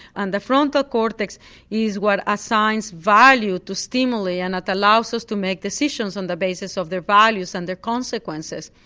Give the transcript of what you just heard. and the frontal cortex is what assigns value to stimuli and it allows us to make decisions on the basis of their values and their consequences.